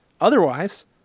Otherwise